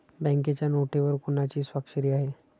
बँकेच्या नोटेवर कोणाची स्वाक्षरी आहे?